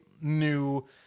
new